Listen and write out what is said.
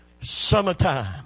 Summertime